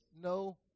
no